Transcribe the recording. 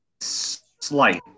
slight